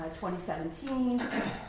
2017